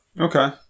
Okay